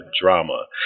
drama